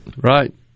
Right